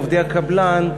עובדי הקבלן,